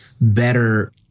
better